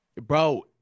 bro